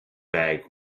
bag